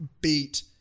beat